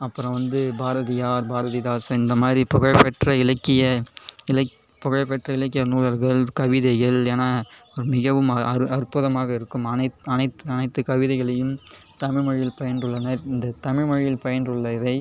அப்புறம் வந்து பாரதியார் பாரதிதாசன் இந்த மாதிரி புகழ்பெற்ற இலக்கிய புகழ்பெற்ற இலக்கிய நூல்கள் கவிதைகள் ஏனால் மிகவும் அற்புதமாக இருக்கும் அனைத்து அனைத்து அனைத்து கவிதைகளையும் தமிழ்மொழியில் பயின்று வந்தனர் இந்த தமிழ்மொழியில் பயின்றுள்ளதை